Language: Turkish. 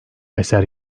eser